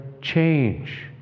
change